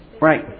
Right